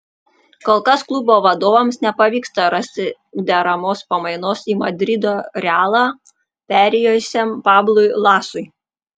kol kas klubo vadovams nepavyksta rasti deramos pamainos į madrido realą perėjusiam pablui lasui